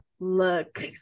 Look